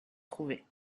trouvé